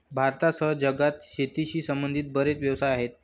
भारतासह जगात शेतीशी संबंधित बरेच व्यवसाय आहेत